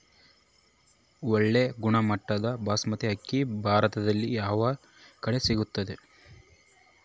ಒಳ್ಳೆ ಗುಣಮಟ್ಟದ ಬಾಸ್ಮತಿ ಅಕ್ಕಿ ಭಾರತದಲ್ಲಿ ಯಾವ ಕಡೆ ಸಿಗುತ್ತದೆ?